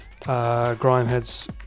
Grimehead's